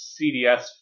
cds